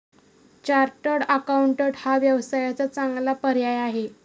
chartered accountant हा व्यवसायाचा चांगला पर्याय आहे